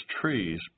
trees